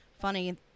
funny